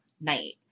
night